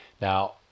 Now